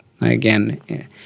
Again